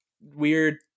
weird